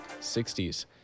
60s